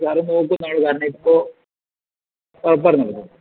sir നോക്ക് കാരണം ഇപ്പോൾ ആ പറഞ്ഞോളൂ സാർ